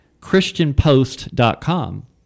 christianpost.com